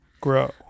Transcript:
Grow